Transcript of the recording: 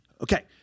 Okay